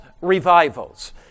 revivals